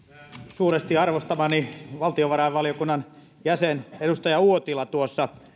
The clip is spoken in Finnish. suuresti arvostamani valtiovarainvaliokunnan jäsen edustaja uotila tuossa